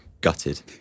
Gutted